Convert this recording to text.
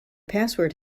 password